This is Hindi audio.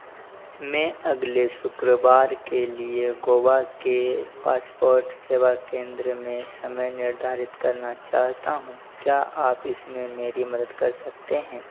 मैं अगले शुक्रवार के लिए गोवा के पासपोर्ट सेवा केंद्र में समय निर्धारित करना चाहता हूँ क्या आप इसमें मेरी मदद कर सकते हैं